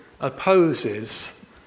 opposes